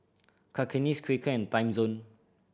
Cakenis Quaker and Timezone